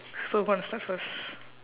so who want to start first